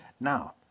Now